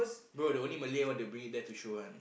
bro the only Malay what they will bring you there to show one